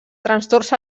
trastorns